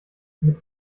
mit